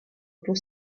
pour